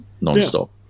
non-stop